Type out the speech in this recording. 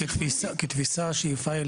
משרד המשפטים,